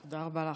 תודה רבה לך.